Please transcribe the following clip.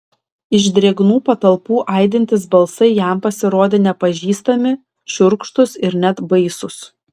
iš drėgnų patalpų aidintys balsai jam pasirodė nepažįstami šiurkštūs ir net baisūs